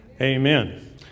Amen